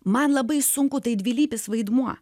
man labai sunku tai dvilypis vaidmuo